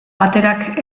baterak